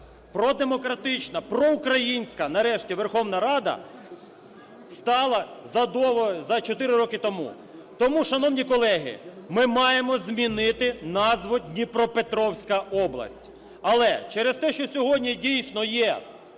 продемократична, проукраїнська нарешті Верховна Рада стала задовго… за 4 роки тому. Тому, шановні колеги, ми маємо змінити назву Дніпропетровська область. Але через те, що сьогодні, дійсно, є